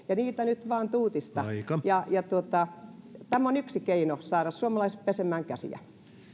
ja niitä nyt vaan tuutista tämä on yksi keino saada suomalaiset pesemään käsiä